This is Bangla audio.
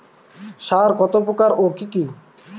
সার কত প্রকার ও কি কি?